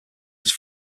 was